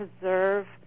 preserve